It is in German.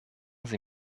sie